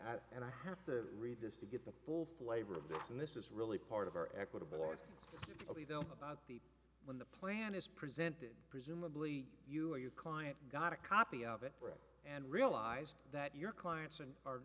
i and i have to read this to get the full flavor of this and this is really part of our equitable or it's about the when the plan is presented presumably you or your client got a copy of it and realized that your clients a